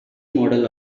model